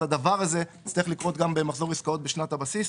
אז הדבר הזה יצטרך לקרות גם ב"מחזור עסקאות בשנת הבסיס".